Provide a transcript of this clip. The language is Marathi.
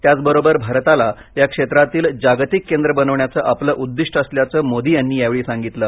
त्याचबरोबर भारताला या क्षेत्रातील जागतिक केंद्र बनवण्याचं आपलं उद्दिष्ट असल्याचं प्रतिपादन मोदी यांनी यावेळी केलं